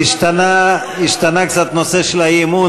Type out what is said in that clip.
השתנה קצת הנושא של האי-אמון,